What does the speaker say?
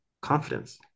confidence